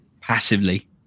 passively